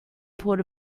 pulled